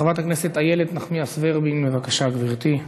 חברת הכנסת איילת נחמיאס ורבין, בבקשה, גברתי.